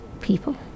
people